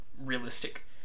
realistic